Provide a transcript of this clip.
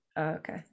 okay